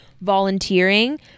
volunteering